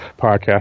Podcast